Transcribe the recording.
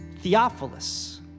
theophilus